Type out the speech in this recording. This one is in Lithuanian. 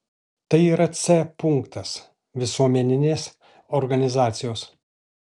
tai yra c punktas visuomeninės organizacijos